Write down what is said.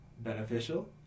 beneficial